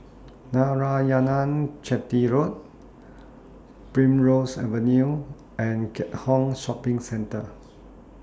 Narayanan Chetty Road Primrose Avenue and Keat Hong Shopping Centre